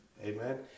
Amen